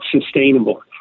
sustainable